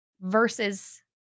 versus